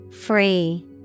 Free